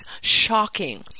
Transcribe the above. shocking